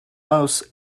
most